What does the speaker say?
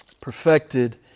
perfected